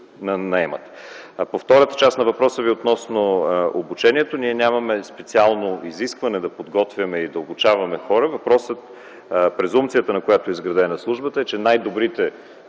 наемат. По втората част на въпроса Ви относно обучението, ние нямаме специално изискване да подготвяме и да обучаваме хора. Презумпцията, на която е изградена службата, е, че най-добрите